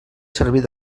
servir